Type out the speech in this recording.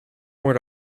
more